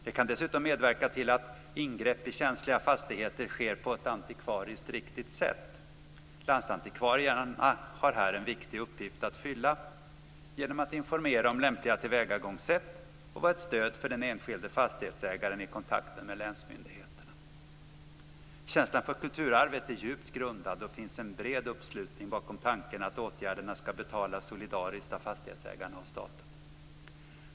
Det kan dessutom medverka till att ingrepp i känsliga fastigheter sker på ett antikvariskt riktigt sätt. Landsantikvarierna har här en viktig uppgift att fylla genom att informera om lämpliga tillvägagångssätt och vara ett stöd för den enskilde fastighetsägaren i kontakten med länsmyndigheterna. Känslan för kulturarvet är djupt grundad, och det finns en bred uppslutning bakom tanken att åtgärderna ska betalas solidariskt av fastighetsägarna och staten.